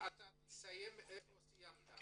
תסיים בבקשה.